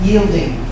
yielding